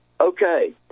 Okay